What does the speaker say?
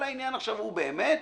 כל העניין עכשיו הוא באמת,